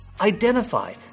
Identify